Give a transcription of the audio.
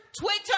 Twitter